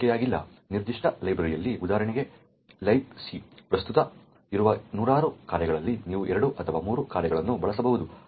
ನಿರ್ದಿಷ್ಟ ಲೈಬ್ರರಿಯಲ್ಲಿ ಉದಾಹರಣೆಗೆ Libc ಪ್ರಸ್ತುತ ಇರುವ ನೂರಾರು ಕಾರ್ಯಗಳಲ್ಲಿ ನೀವು 2 ಅಥವಾ 3 ಕಾರ್ಯಗಳನ್ನು ಬಳಸಬಹುದು